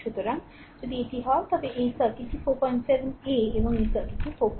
সুতরাং যদি এটি হয় তবে এই কলটি সার্কিট 47 a 7 a এবং এটি সার্কিট 7 b